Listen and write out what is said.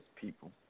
people